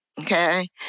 okay